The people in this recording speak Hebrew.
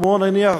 כמו עכשיו,